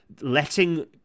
letting